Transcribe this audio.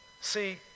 See